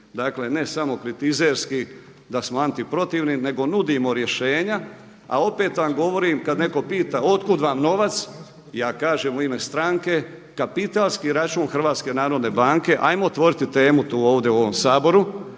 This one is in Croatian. ne samo kritizerski da smo antiprotivni nego nudimo rješenja, a opet vam govorim kada netko pita od kud vam novac, ja kažem u ime stranke. Kapitalski račun HNB-a ajmo otvoriti temu tu ovdje u ovom Saboru